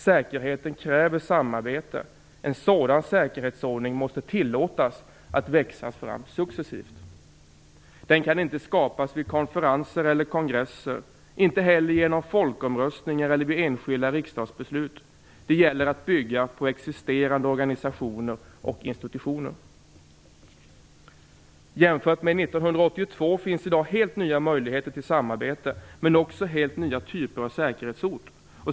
Säkerheten kräver samarbete. En sådan säkerhetsordning måste tillåtas att växa fram successivt. Den kan inte skapas vid konferensen eller kongresser, inte heller genom folkomröstningar eller vid enskilda riksdagsbeslut. Det gäller att bygga på existerande organisationer och institutioner. Jämfört med 1982 finns i dag helt nya möjligheter till samarbete, men också helt nya typer av säkerhetshot.